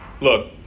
look